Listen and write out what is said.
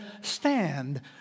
stand